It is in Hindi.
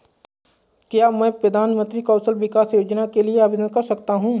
क्या मैं प्रधानमंत्री कौशल विकास योजना के लिए आवेदन कर सकता हूँ?